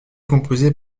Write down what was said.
composés